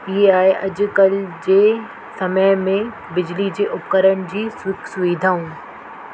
ॿी आहे अॼुकल्ह जे समय में बिजली जे उपकरण जी सुख़ सुविधाऊं